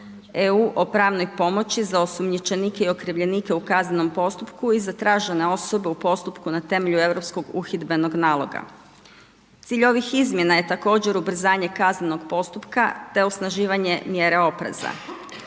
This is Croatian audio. EU o pravnoj pomoći za osumnjičenike i okrivljenike u kaznenom postupku i zatražena osoba u postupku na temelju Europskog uhidbenog naloga. Cilj ovih izmjena je također ubrzanje kaznenog postupka te osnaživanje mjere opreza.